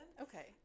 Okay